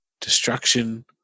destruction